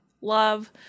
love